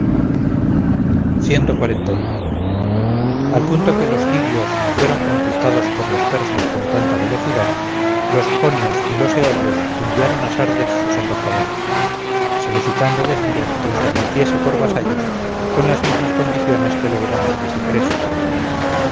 al punto que los lidios fueron conquistados por los persas con tanta velocidad los jonios y los eolios enviaron a sardes sus embajadores solicitando de ciro que los admitiese por vasallos con las mismas condiciones que lo eran antes de creso